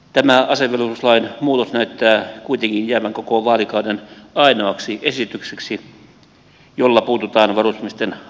tämä asevelvollisuuslain muutos näyttää kuitenkin jäävän koko vaalikauden ainoaksi esitykseksi jolla puututaan varusmiesten asemaan